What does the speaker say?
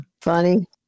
Funny